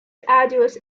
arduous